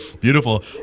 Beautiful